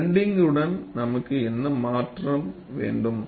பிளன்ட்ங்கு உடன் நாம் என்ன மாற்ற வேண்டும்